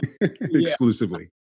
Exclusively